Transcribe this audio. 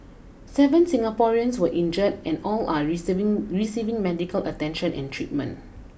seven Singaporeans were injured and all are receiving receiving medical attention and treatment